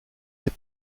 des